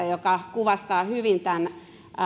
joka kuvastaa hyvin tämän